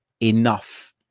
enough